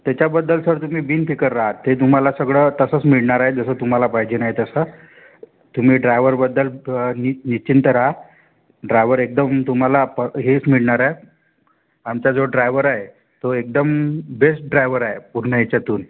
त्याच्याबद्दल सर तुम्ही बिनफिकर राहा ते तुम्हाला सगळं तसंस मिळणार आहे जसं तुम्हाला पाहिजे आहे तसं तुम्ही ड्रायवरबद्दल नि निश्चिन्त रहा ड्रायवर एकदम तुम्हाला पं हेच मिळणार आहे आमचा जो ड्रायवर आहे तो एकदम बेस्ट ड्रायवर आहे पूर्ण याच्यातून